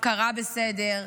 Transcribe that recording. הפקרה בסדר.